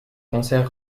concert